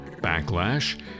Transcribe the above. backlash